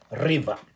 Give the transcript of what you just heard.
River